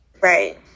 Right